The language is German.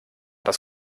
das